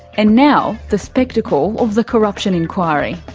and now the spectacle of the corruption inquiry.